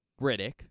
Riddick